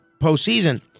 postseason